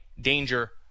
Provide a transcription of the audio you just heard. danger